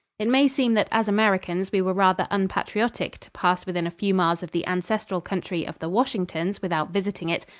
it may seem that as americans we were rather unpatriotic to pass within a few miles of the ancestral country of the washingtons without visiting it,